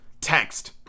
text